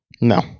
No